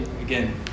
again